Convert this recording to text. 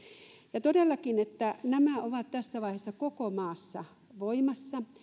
ja todellakin nämä ovat tässä vaiheessa koko maassa voimassa